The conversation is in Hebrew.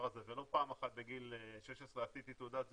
הזה ולא פעם אחת בגיל 16 עשיתי תעודת זהות.